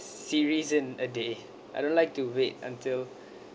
series in a day I don't like to wait until